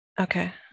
Okay